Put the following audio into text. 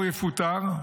הוא יפוטר.